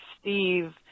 Steve